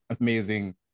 amazing